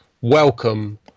welcome